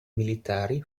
militari